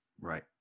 right